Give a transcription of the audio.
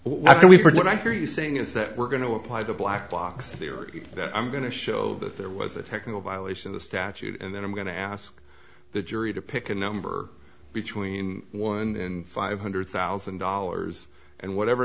what can we protect are you saying is that we're going to apply the black box theory that i'm going to show that there was a technical violation of the statute and then i'm going to ask the jury to pick a number between one and five hundred thousand dollars and whatever